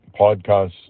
podcast